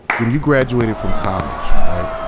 when you graduated from college, right?